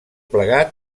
plegat